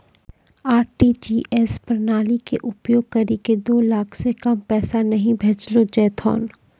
RTGS प्रणाली के उपयोग करि के दो लाख से कम पैसा नहि भेजलो जेथौन